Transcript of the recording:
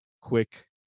quick